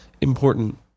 important